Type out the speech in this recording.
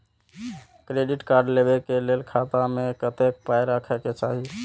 Credit card लेबै के लेल खाता मे कतेक पाय राखै के चाही?